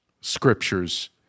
scriptures